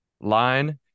line